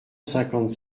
cinquante